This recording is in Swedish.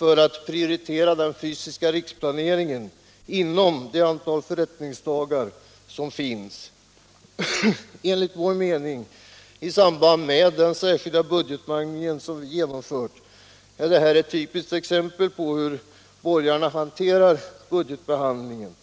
att prioritera den fysiska riksplaneringen inom det antal förrättningsdagar som man nu har. Enligt vår mening, i samband med den särskilda budgetmangling som har genomförts, är det här ett typiskt exempel på hur borgarna hanterar budgetbehandlingen.